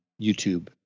YouTube